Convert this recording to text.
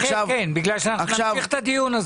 כן, כי אנחנו נמשיך את הדיון הזה.